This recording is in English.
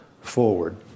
forward